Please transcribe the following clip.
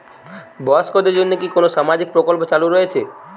বয়স্কদের জন্য কি কোন সামাজিক প্রকল্প চালু রয়েছে?